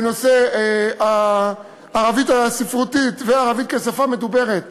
בנושא הערבית הספרותית והערבית כשפה מדוברת,